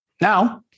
Now